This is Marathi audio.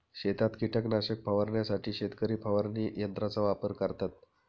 शेतात कीटकनाशक फवारण्यासाठी शेतकरी फवारणी यंत्राचा वापर करतात